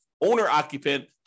owner-occupant